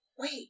wait